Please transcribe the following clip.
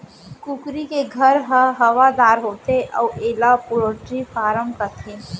कुकरी के घर ह हवादार होथे अउ एला पोल्टी फारम कथें